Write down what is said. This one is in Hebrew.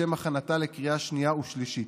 לשם הכנתה לקריאה שנייה ושלישית.